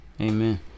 Amen